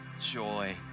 joy